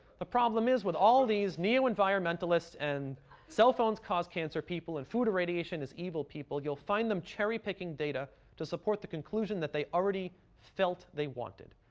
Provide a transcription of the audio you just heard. the problem is with all these neo-envrionmentalists and cell-phones-cause-cancer people and food-irradiation-is-evil people, you'll find them cherry picking data to support the conclusion that they already felt they wanted.